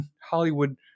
Hollywood